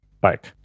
bike